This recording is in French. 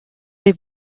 des